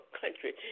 country